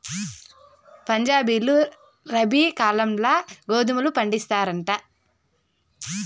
పంజాబీలు రబీ కాలంల గోధుమ పండిస్తారంట